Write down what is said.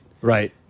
Right